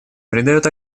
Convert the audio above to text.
придает